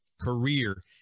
career